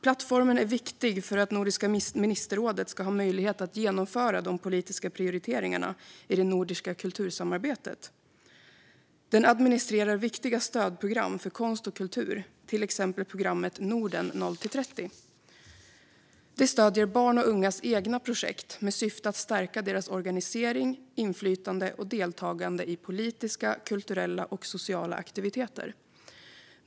Plattformen är viktig för att Nordiska ministerrådet ska ha möjlighet att genomföra de politiska prioriteringarna i det nordiska kultursamarbetet. Den administrerar viktiga stödprogram för konst och kultur, till exempel programmet Norden 0-30. Det stöder barns och ungas egna projekt med syfte att stärka deras organisering, inflytande och deltagande i politiska, kulturella och sociala aktiviteter.